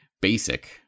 BASIC